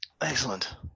Excellent